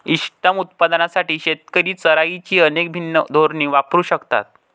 इष्टतम उत्पादनासाठी शेतकरी चराईची अनेक भिन्न धोरणे वापरू शकतात